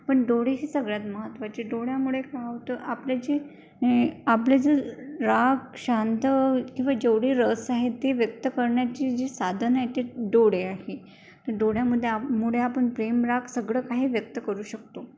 पण डोळे हे सगळ्यात महत्त्वाचे डोळ्यामुळे का होतं आपलं जे आपले जे राग शांत किंवा जेवढे रस आहे ते व्यक्त करण्याची जे साधन आहे ते डोळे आहे डोळ्यामध्ये आप मुळे आपण प्रेम राग सगळं काही व्यक्त करू शकतो